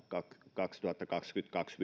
kaksituhattakaksikymmentäkaksi